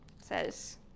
says